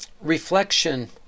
reflection